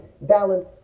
Balance